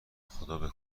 خدابه